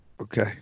Okay